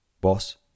Boss